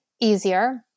easier